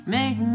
Make